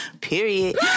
Period